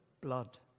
blood